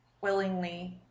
willingly